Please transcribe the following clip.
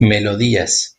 melodías